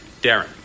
Darren